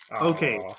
Okay